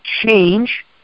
change